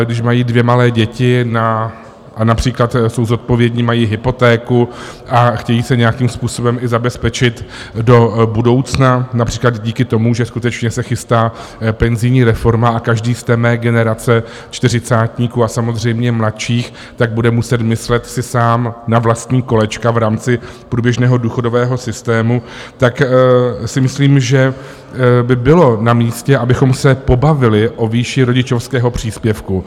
Když mají dvě malé děti například, jsou zodpovědní, mají hypotéku a chtějí se nějakým způsobem i zabezpečit do budoucna, například díky tomu, že se skutečně chystá penzijní reforma, a každý z mé generace čtyřicátníků a samozřejmě mladších bude muset myslet sám na vlastní kolečka v rámci průběžného důchodového systému, tak si myslím, že by bylo namístě, abychom se pobavili o výši rodičovského příspěvku.